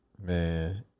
Man